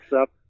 up